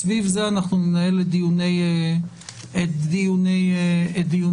סביב זה אנחנו ננהל את דיוני הוועדה.